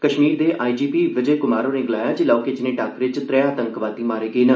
कश्मीर दे I G P Vijay Kumar होरेँ गलाया ऐ जे लौहके ज्नेय टाक्करे च त्रै आतंकवादी मारे गे न